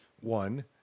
one